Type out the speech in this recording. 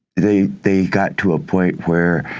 they they got to a point where